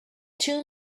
two